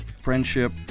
friendship